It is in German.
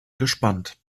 gespannt